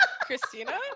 Christina